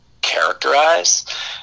characterize